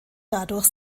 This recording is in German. dadurch